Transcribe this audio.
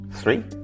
Three